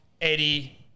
Eddie